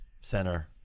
center